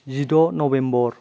जिद' नबेम्ब'र